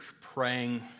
praying